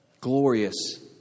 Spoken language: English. glorious